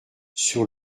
sur